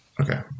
Okay